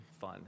fun